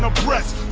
ah breast.